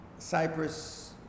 Cyprus